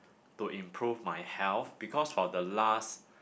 to improve my health because for the last